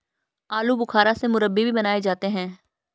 आलू बुखारा से मुरब्बे भी बनाए जाते हैं